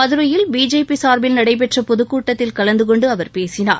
மதுரையில் பிஜேபி சார்பில் நடைபெற்ற பொதுக்கூட்டத்தில் கலந்து கொண்டு அவர் பேசினார்